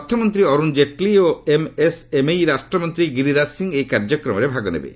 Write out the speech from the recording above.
ଅର୍ଥମନ୍ତ୍ରୀ ଅରୁଣ ଜେଟଲୀ ଓ ଏମ୍ଏସ୍ଏମ୍ଇ ରାଷ୍ଟ୍ରମନ୍ତ୍ରୀ ଗିରିରାଜ ସିଂହ ଏହି କାର୍ଯ୍ୟକ୍ରମରେ ଭାଗ ନେବେ